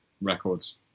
records